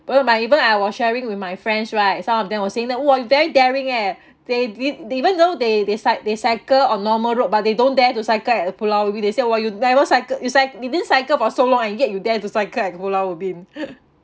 whenever I was sharing with my friends right some of them will saying that !wah! you very daring eh they did even though they they cyc~ they cycle on normal road but they don't dare to cycle at the pulau ubin they said !wah! you never cycle you cyc~ didn't cycled for so long and yet you dare to cycle at pulau ubin